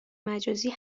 مجازی